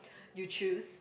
you choose